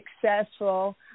successful